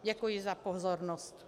Děkuji za pozornost.